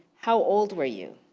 how old were you,